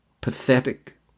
pathetic